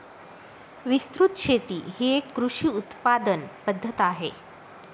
विस्तृत शेती ही एक कृषी उत्पादन पद्धत आहे